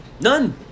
None